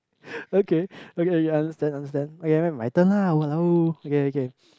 okay okay you understand understand okay then my turn lah !walao! okay okay